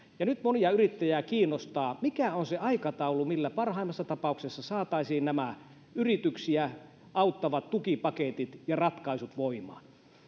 ja nyt monia yrittäjiä kiinnostaa mikä on se aikataulu millä parhaimmassa tapauksessa saataisiin nämä yrityksiä auttavat tukipaketit ja ratkaisut voimaan